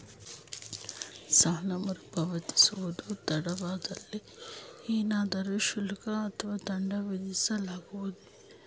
ಸಾಲ ಮರುಪಾವತಿಸುವುದು ತಡವಾದಲ್ಲಿ ಏನಾದರೂ ಶುಲ್ಕ ಅಥವಾ ದಂಡ ವಿಧಿಸಲಾಗುವುದೇ?